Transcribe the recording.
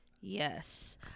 Yes